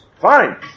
Fine